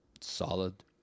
Solid